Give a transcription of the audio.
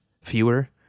fewer